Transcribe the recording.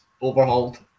overhauled